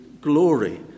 glory